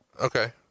Okay